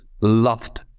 loved